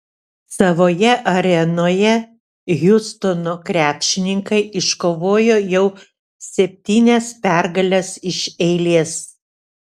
savoje arenoje hjustono krepšininkai iškovojo jau septynias pergales iš eilės